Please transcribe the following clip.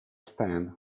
stand